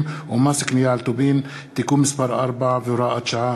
ומס קנייה על טובין (תיקון מס' 4 והוראת שעה),